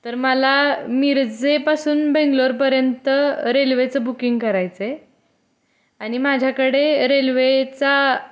तर मला मिरजेपासून बेंगलोरपर्यंत रेल्वेचं बुकिंग करायचं आहे आणि माझ्याकडे रेल्वेचा